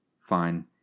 fine